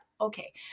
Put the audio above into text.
okay